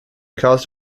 caused